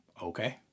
Okay